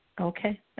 Okay